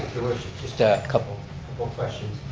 just a couple more questions.